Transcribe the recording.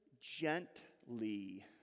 gently